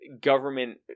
government